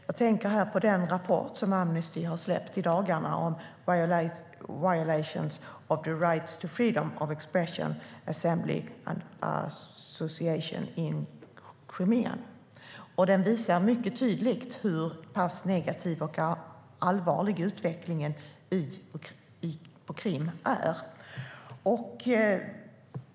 Jag tänker på den rapport som Amnesty har släppt i dagarna, Violations of the Rights to Freedom of Expression, Assembly and Association in Crimea . Den visar mycket tydligt hur pass negativ och allvarlig utvecklingen på Krim är.